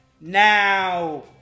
Now